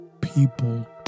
people